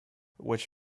which